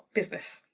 business.